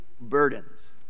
burdens